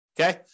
Okay